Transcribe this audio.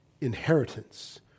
inheritance